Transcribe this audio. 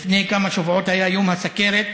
לפני כמה שבועות היה יום הסוכרת,